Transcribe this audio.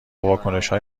واکنشهای